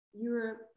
Europe